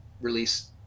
release